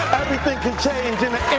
everything can change in